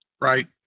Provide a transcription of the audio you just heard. Right